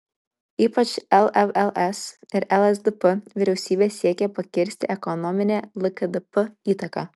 ypač lvls ir lsdp vyriausybė siekė pakirsti ekonominę lkdp įtaką